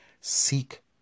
Seek